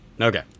Okay